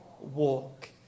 walk